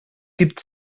gibt